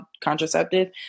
contraceptive